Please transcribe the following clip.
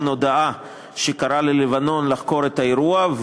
הודעה שקראה ללבנון לחקור את האירוע,